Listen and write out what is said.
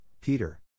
Peter